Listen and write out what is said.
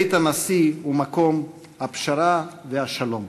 בית הנשיא הוא מקום הפשרה והשלום.